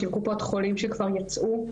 של קופות חולים שכבר יצאו.